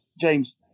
James